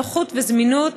לנוחות ולזמינות,